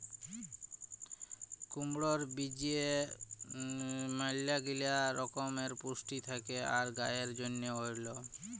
কুমড়র বীজে ম্যালাগিলা রকমের পুষ্টি থেক্যে আর গায়ের জন্হে এঔরল